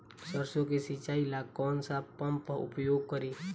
सरसो के सिंचाई ला कौन सा पंप उपयोग करी?